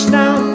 now